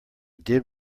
did